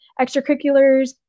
extracurriculars